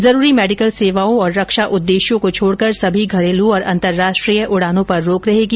जरूरी मेडिकल सेवाओं और रक्षा उद्देश्यों को छोडकर समी घरेलू और अंतर्राष्ट्रीय उडानों पर रोक रहेगी